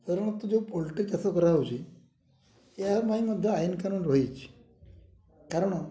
ସାଧାରଣତଃ ଯେଉଁ ପୋଲଟ୍ରି ଚାଷ କରାହେଉଛି ଏହା ପାଇଁ ମଧ୍ୟ ଆଇନ କାନୁନ୍ ରହିଛି କାରଣ